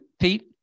Pete